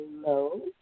Hello